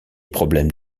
problèmes